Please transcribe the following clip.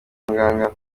muganga